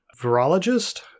virologist